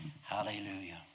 Hallelujah